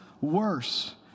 worse